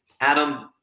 Adam